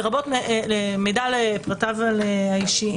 לרבות מידע על פרטיו האישיים.